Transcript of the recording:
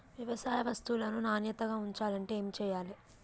వ్యవసాయ వస్తువులను నాణ్యతగా ఉంచాలంటే ఏమి చెయ్యాలే?